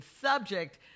Subject